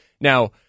Now